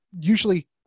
usually